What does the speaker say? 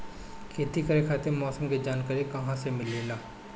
खेती करे खातिर मौसम के जानकारी कहाँसे मिलेला?